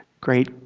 great